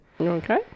Okay